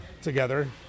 together